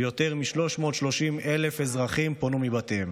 ויותר מ-330,000 אזרחים פונו מבתיהם.